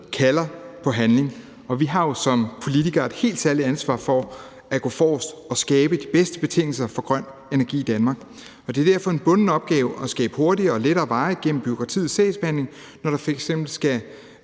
kalder på handling, og vi har jo som politikere et helt særligt ansvar for at gå forrest og skabe de bedste betingelser for grøn energi i Danmark. Det er derfor en bunden opgave at skabe hurtigere og lettere veje igennem bureaukratiets sagsbehandling, når der f.eks. skal